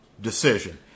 decision